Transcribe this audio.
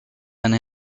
and